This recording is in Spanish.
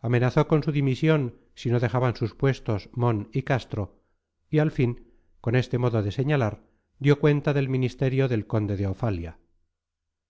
amenazó con su dimisión si no dejaban sus puestos mon y castro y al fin con este modo de señalar dio cuenta del ministerio del conde de